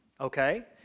okay